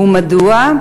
2. אם כן, מדוע?